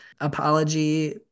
apology